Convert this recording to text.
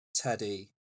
Teddy